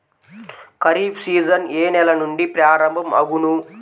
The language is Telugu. ఖరీఫ్ సీజన్ ఏ నెల నుండి ప్రారంభం అగును?